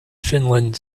finland